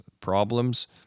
problems